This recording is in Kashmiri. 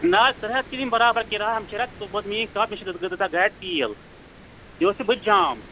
نہ حظ ترٛےٚ ہَتھ چھِ دِنۍ بَرابر کِراے ہَمشیرا ژٕ بوز میٛٲنۍ کَتھ مےٚ گاڑِ تیٖل یہِ اوسُے بٕتھِ جام